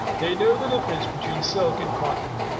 they know the difference between silk and cotton,